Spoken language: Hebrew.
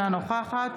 אינה נוכחת